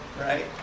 right